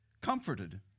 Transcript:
comforted